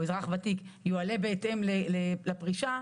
או "אזרח ותיק" יועלה בהתאם לגיל הפרישה.